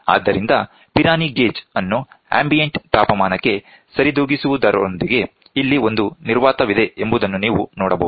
ಆದ್ದರಿಂದ Pirani gauge ಅನ್ನು ambient ತಾಪಮಾನಕ್ಕೆ ಸರಿದೂಗಿಸುವುದರೊಂದಿಗೆ ಇಲ್ಲಿ ಒಂದು ನಿರ್ವಾತವಿದೆ ಎಂಬುದನ್ನು ನೀವು ನೋಡಬಹುದು